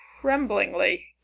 tremblingly